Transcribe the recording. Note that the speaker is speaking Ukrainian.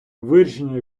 вирішення